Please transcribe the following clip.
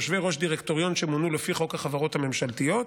יושבי-ראש דירקטוריון שמונו לפי חוק החברות הממשלתיות,